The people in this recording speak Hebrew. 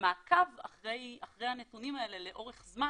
מעקב אחרי הנתונים האלה לאורך זמן